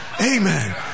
Amen